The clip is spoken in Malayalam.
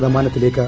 ശതമാനത്തിലേക്ക്